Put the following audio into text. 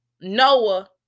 Noah